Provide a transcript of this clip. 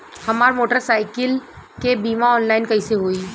हमार मोटर साईकीलके बीमा ऑनलाइन कैसे होई?